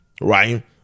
right